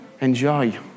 enjoy